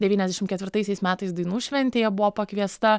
devyniasdešimt ketvirtaisiais metais dainų šventėje buvo pakviesta